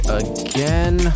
again